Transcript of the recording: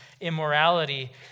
immorality